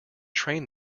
train